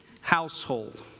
household